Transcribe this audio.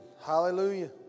Hallelujah